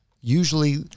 Usually